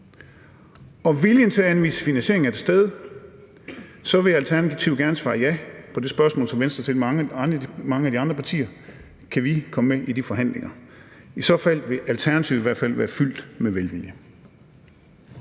og viljen til at anvise finansiering er til stede, vil Alternativet gerne svare ja på det spørgsmål, som Venstre har stillet mange af de andre partier: Kan vi komme med i de forhandlinger? I så fald vil Alternativet i hvert fald være fyldt med velvilje.